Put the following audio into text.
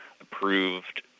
approved